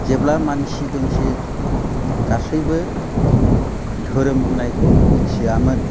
जेब्ला मानसि दुमसि गासैबो धोरोम होननायखौ मिनथियामोन